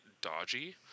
dodgy